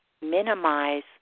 minimize